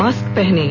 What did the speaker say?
mask पहनें